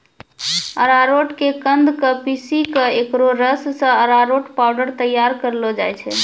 अरारोट के कंद क पीसी क एकरो रस सॅ अरारोट पाउडर तैयार करलो जाय छै